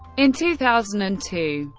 in two thousand and two,